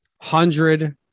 hundred